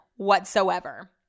whatsoever